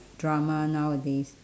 drama nowadays